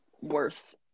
worse